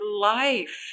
life